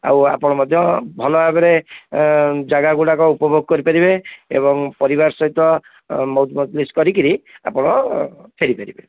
ଆଉ ଆପଣ ମଧ୍ୟ ଭଲ ଭାବରେ ଜାଗାଗୁଡ଼ାକ ଉପଭୋଗ କରିପାରିବେ ଏବଂ ପରିବାର ସହିତ ମଉଜ ମଜଲିସ୍ କରିକରି ଆପଣ ଫେରି ପାରିବେ